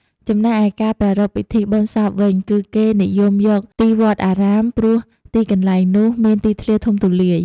ចំណេកឯការប្រារព្វពិធីបុណ្យសពវិញ គឺគេនិយមយកទីវត្តអារាមព្រោះទីកន្លែងនុះមានទីធ្លាធំទូលាយ។